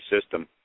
system